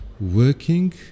working